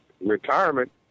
retirement